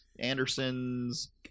Anderson's